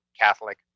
Catholic